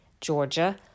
Georgia